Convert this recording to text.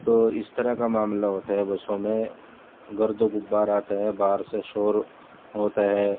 تو اس طرح کا معاملہ ہوتا ہے بسوں میں گرد و غبار آتا ہے باہر سے شور ہوتا ہے